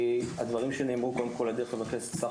הדברים שנאמרו קודם כל הדרך --- סך